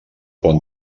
pont